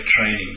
training